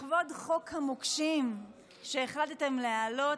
לכבוד חוק המוקשים שהחלטתם להעלות,